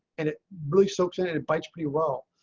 and it really succeeded and bytes pretty well.